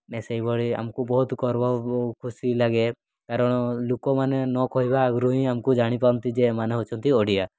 ସେହିଭଳି ଆମକୁ ବହୁତ ଗର୍ବ ଖୁସି ଲାଗେ କାରଣ ଲୋକମାନେ ନ କହିବା ଆଗରୁ ହିଁ ଆମକୁ ଜାଣିପାରନ୍ତି ଯେ ଏମାନେ ହେଉଛନ୍ତି ଓଡ଼ିଆ